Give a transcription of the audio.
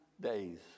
days